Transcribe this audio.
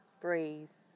breeze